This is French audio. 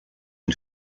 une